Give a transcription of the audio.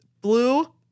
blue